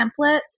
templates